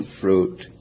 fruit